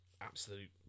absolute